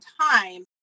time